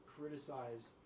criticize